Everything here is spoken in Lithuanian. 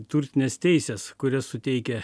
turtinės teisės kurias suteikia